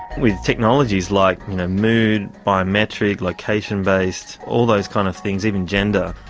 with technologies like mood, biometric, location-based, all those kind of things, even gender,